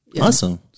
Awesome